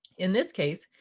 in this case,